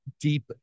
deep